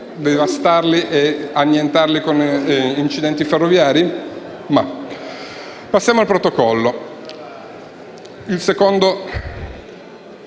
devastarli e annientarli con incidenti ferroviari? Passiamo al Protocollo,